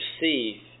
receive